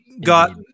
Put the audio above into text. Got